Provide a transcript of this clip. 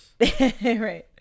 Right